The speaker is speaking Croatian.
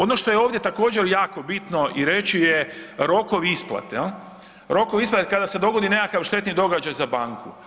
Ono što je ovdje također jako bitno i reći je rokovi isplate, rokovi isplate kada se dogodi nekakav štetni događaj za banku.